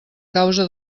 causa